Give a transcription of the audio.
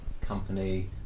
company